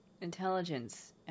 intelligence